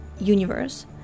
universe